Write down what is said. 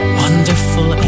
wonderful